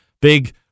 big